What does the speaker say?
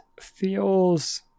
feels